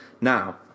Now